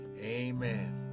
Amen